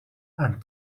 and